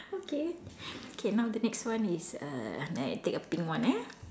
okay okay now the next one is a I think a pink one eh